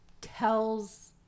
tells